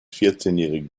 vierzehnjährigen